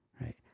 right